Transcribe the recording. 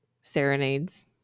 serenades